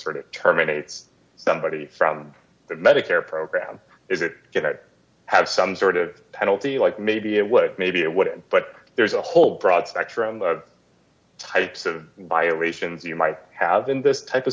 sort of terminates somebody from the medicare program is it going to have some sort of penalty like maybe it would maybe it wouldn't but there's a whole broad spectrum the types of violations you might have in this type of